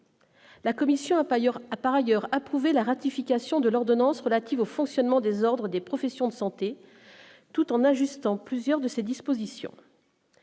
ailleurs, a part ailleurs approuvé la ratification de l'ordonnance relative au fonctionnement des ordres des professions de santé tout en ajustant plusieurs de ses dispositions,